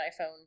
iPhone